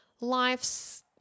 life's